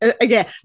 Again